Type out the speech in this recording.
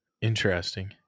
Interesting